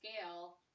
scale